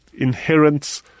inherent